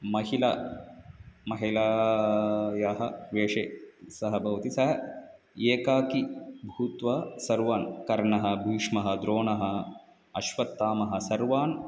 महिला महिलायाः वेषे सः भवति सः एकाकि भूत्वा सर्वान् कर्णः भीष्मः द्रोणः अश्वत्थामा सर्वान्